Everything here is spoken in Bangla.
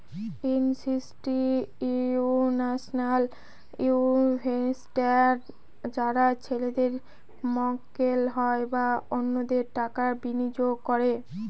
ইনস্টিটিউশনাল ইনভেস্টার্স যারা ছেলেদের মক্কেল হয় বা অন্যদের টাকা বিনিয়োগ করে